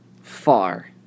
far